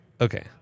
Okay